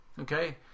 Okay